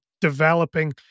developing